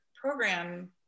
program